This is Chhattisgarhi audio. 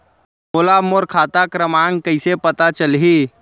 मोला मोर खाता क्रमाँक कइसे पता चलही?